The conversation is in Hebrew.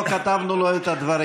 לא כתבנו לו את הדברים.